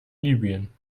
libyen